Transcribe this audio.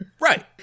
Right